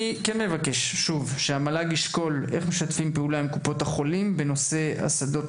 אני כן מבקש שהמל"ג ישקול איך משתפים פעולה עם קופות החולים בנושא השדות